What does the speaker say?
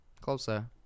Closer